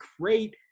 great